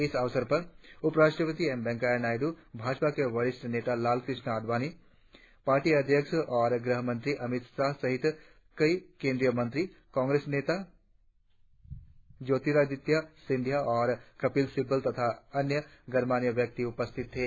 इस अवसर पर उपराष्ट्रपति एम वेंकैया नायडू भाजपा के वरिष्ठ नेता लालकृष्ण आडवाणी पार्टी अध्यक्ष और गृहमंत्री अमित शाह सहित कई केंद्रीय मंत्री कांग्रेस नेता ज्योंतिरादित्य सिंधिया और कपिल सिब्बल तथा अन्य गणमान्य व्यक्ति उपस्थित थे